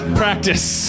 practice